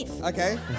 okay